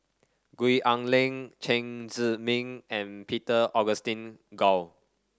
Gwee Ah Leng Chen Zhiming and Peter Augustine Goh